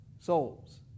souls